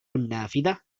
النافذة